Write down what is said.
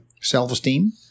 self-esteem